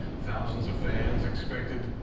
thousands of fans expected.